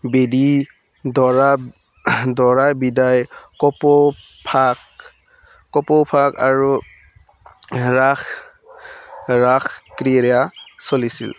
বিদি দৰা দৰা বিদায় কপৌফাগ কপৌফাগ আৰু ৰাস ৰাস ক্ৰিয়া চলিছিল